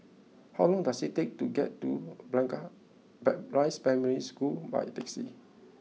how long does it take to get to Blangah Ban Rise Primary School by taxi